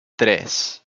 tres